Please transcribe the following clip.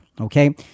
Okay